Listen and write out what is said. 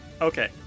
Okay